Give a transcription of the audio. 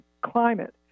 climate